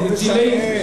לא משנה.